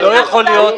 אז זה היה מתבטל.